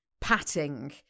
patting